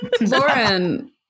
Lauren